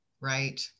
right